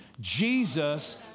Jesus